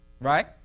Right